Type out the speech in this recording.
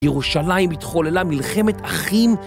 ירושלים התחוללה מלחמת אחים